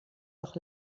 doch